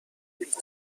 پیچیده